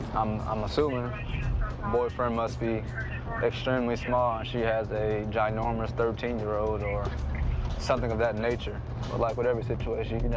i'm assuming the boyfriend must be extremely small, or she has a ginormous thirteen year old, or something of that nature. but like whatever situation, you know